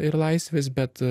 ir laisves bet